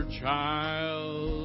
child